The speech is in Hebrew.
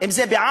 אם זה בעזה,